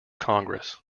congress